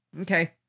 Okay